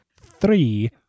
Three